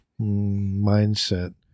mindset